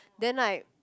then like